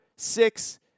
Six